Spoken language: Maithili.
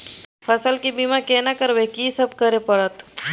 फसल के बीमा केना करब, की सब करय परत?